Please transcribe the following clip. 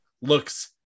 looks